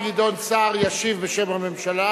השר גדעון סער ישיב בשם הממשלה